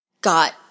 got